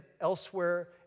elsewhere